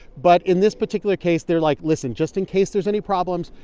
but in this particular case, they're like, listen, just in case there's any problems,